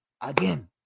again